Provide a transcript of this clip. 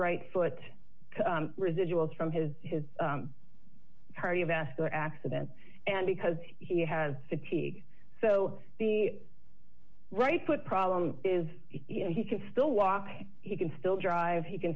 right foot residuals from his cardiovascular accident and because he has fatigue so the right foot problem is you know he can still walk he can still drive he can